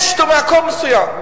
הכול מצוין.